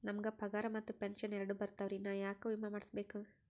ನಮ್ ಗ ಪಗಾರ ಮತ್ತ ಪೆಂಶನ್ ಎರಡೂ ಬರ್ತಾವರಿ, ನಾ ಯಾಕ ವಿಮಾ ಮಾಡಸ್ಬೇಕ?